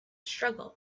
struggle